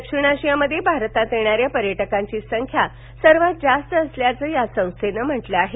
दक्षिण आशियामध्ये भारतात येणाऱ्या पर्यटकांची संख्या सर्वात जास्त असल्याचं या संस्थेनं म्हटलं आहे